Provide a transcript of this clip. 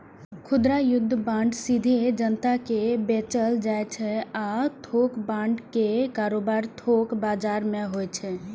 खुदरा युद्ध बांड सीधे जनता कें बेचल जाइ छै आ थोक बांड के कारोबार थोक बाजार मे होइ छै